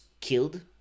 killed